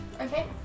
Okay